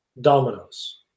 dominoes